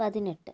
പതിനെട്ട്